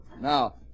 Now